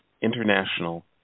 International